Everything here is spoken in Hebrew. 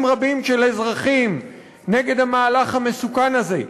רבים של אזרחים נגד המהלך המסוכן הזה,